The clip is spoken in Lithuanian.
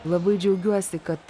labai džiaugiuosi kad